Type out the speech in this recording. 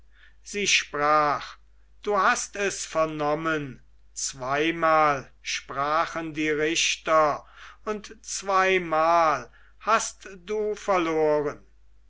sie sprach du hast es vernommen zweimal sprachen die richter und zweimal hast du verloren